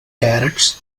carrots